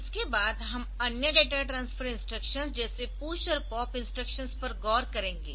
इसके बाद हम अन्य डेटा ट्रांसफर इंस्ट्रक्शंसजैसे पुश और पॉप इंस्ट्रक्शंस पर गौर करेंगे